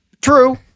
true